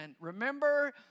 Remember